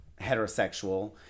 heterosexual